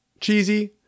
Cheesy